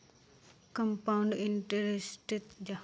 compound इंटरेस्टत मिलने वाला पैसा सिंपल इंटरेस्ट स बेसी ह छेक